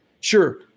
Sure